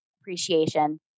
appreciation